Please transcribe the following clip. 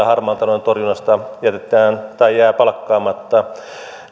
harmaan talouden torjunnasta jää palkkaamatta